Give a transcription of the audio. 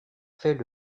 fait